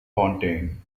ponting